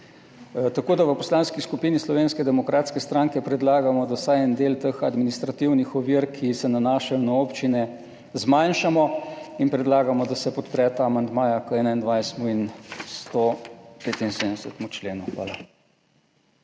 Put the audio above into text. danes. V Poslanski skupini Slovenske demokratske stranke predlagamo, da vsaj en del teh administrativnih ovir, ki se nanašajo na občine, zmanjšamo, in predlagamo, da se podpreta amandmaja k 21. in 175. členu. Hvala.